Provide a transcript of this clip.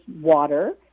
water